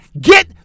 Get